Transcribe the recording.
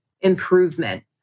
improvement